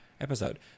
episode